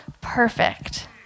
perfect